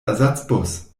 ersatzbus